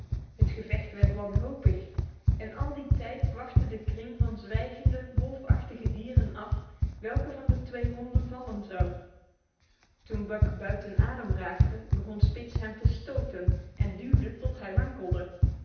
het gevecht werd wanhopig en al die tijd wachtte de kring van zwijgende wolfachtige dieren welke van de twee honden vallen zou toen buck buiten adem raakte begon spitz hem te stoten en duwde hem tot hij wankelde